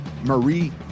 Marie